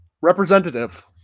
Representative